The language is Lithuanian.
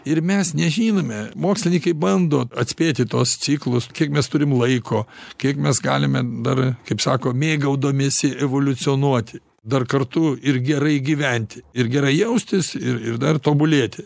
ir mes nežinome mokslininkai bando atspėti tuos ciklus kiek mes turim laiko kiek mes galime dar kaip sako mėgaudamiesi evoliucionuoti dar kartu ir gerai gyventi ir gerai jaustis ir ir dar tobulėti